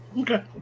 Okay